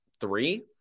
three